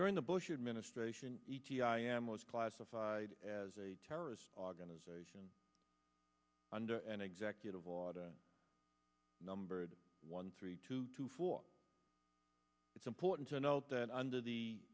during the bush administration i am most classified as a terrorist organization under an executive order numbered one three two two four it's important to note that under the